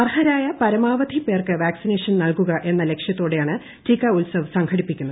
അർഹരായ പരമാവധി പേർക്ക് വാക്സിനേഷൻ നൽകുക എന്ന ലക്ഷ്യത്തോടെയാണ് ടീക്ക ഉത്സവ് സംഘടിപ്പിക്കുന്നത്